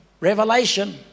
Revelation